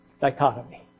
dichotomy